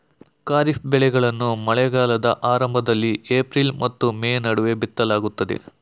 ಖಾರಿಫ್ ಬೆಳೆಗಳನ್ನು ಮಳೆಗಾಲದ ಆರಂಭದಲ್ಲಿ ಏಪ್ರಿಲ್ ಮತ್ತು ಮೇ ನಡುವೆ ಬಿತ್ತಲಾಗುತ್ತದೆ